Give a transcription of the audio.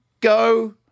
go